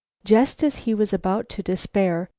just as he was about to despair,